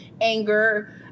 anger